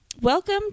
welcome